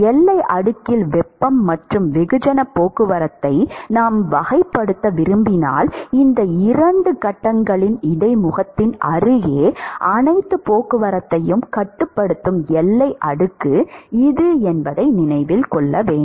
எல்லை அடுக்கில் வெப்பம் மற்றும் வெகுஜன போக்குவரத்தை நாம் வகைப்படுத்த விரும்பினால் இந்த இரண்டு கட்டங்களின் இடைமுகத்தின் அருகே அனைத்து போக்குவரத்தையும் கட்டுப்படுத்தும் எல்லை அடுக்கு இது என்பதை நினைவில் கொள்க